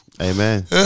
Amen